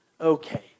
okay